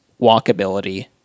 walkability